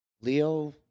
leo